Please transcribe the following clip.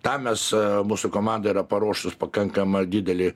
tą mes mūsų komanda yra paruošus pakankamą didelį